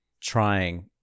trying